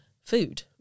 food